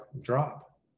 drop